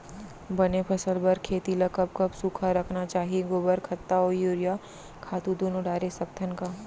बने फसल बर खेती ल कब कब सूखा रखना चाही, गोबर खत्ता और यूरिया खातू दूनो डारे सकथन का?